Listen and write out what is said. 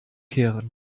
kehren